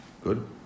Good